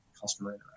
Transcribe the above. customer